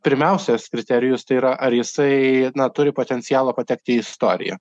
pirmiausias kriterijus tai yra ar jisai na turi potencialo patekti į istoriją